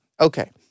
Okay